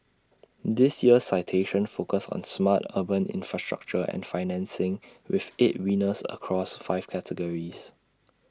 this year's citations focus on smart urban infrastructure and financing with eight winners across five categories